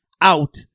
out